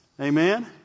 Amen